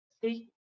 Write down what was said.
See